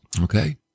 Okay